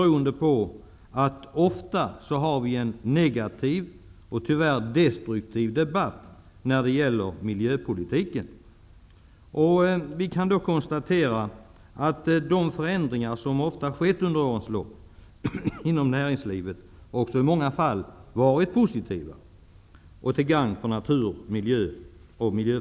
Ofta har vi en negativ och tyvärr destruktiv debatt om miljöpolitiken. Jag vill då gärna konstatera att de förändringar som under årens lopp inom näringslivet i många fall varit positiva och till gagn för natur och miljö.